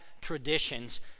traditions